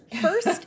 First